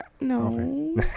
No